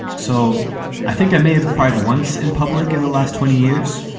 so i think i may have cried once in public in the last twenty years.